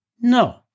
No